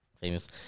famous